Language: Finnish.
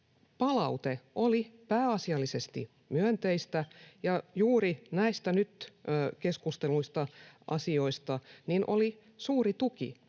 palaute oli pääasiallisesti myönteistä. Juuri näistä nyt keskustelluista asioista oli suuri tuki